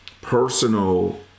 personal